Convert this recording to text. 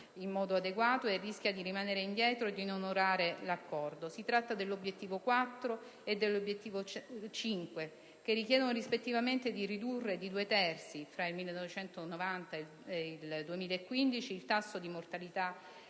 in modo adeguato, rischiando di rimanere indietro e di non onorare l'accordo. Si tratta degli obiettivi 4 e 5, che richiedono rispettivamente di ridurre di due terzi, fra il 1990 e il 2015, il tasso di mortalità